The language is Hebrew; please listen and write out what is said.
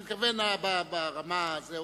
אני מתכוון ברמה, .